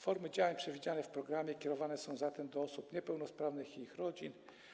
Formy działań przewidziane w programie kierowane są zatem do osób niepełnosprawnych i ich rodzin.